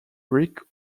brick